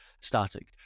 static